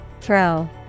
Throw